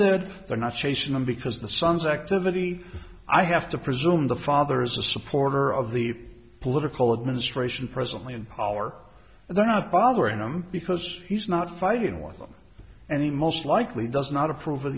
did they're not chasing them because the sons activity i have to presume the father is a supporter of the political administration presently in power and they're not bothering him because he's not fighting with them and he most likely does not approve of